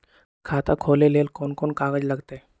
खाता खोले ले कौन कौन कागज लगतै?